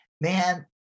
man